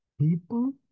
people